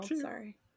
sorry